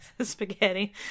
spaghetti